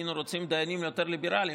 היינו רוצים דיינים יותר ליברליים,